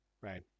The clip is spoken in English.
right